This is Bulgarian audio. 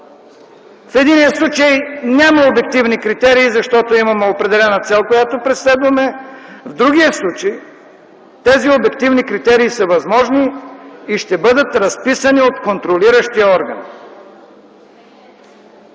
В единия случай няма обективни критерии, защото имаме определена цел, която преследваме, в другия случай тези обективни критерии са възможни и ще бъдат разписани от контролиращия орган.